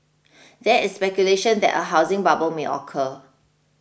there is speculation that a housing bubble may occur